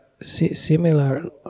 similar